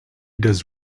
does